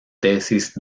tesis